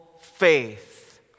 faith